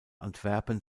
antwerpen